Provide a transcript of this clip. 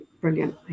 brilliant